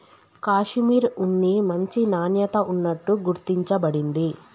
కాషిమిర్ ఉన్ని మంచి నాణ్యత ఉన్నట్టు గుర్తించ బడింది